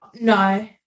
no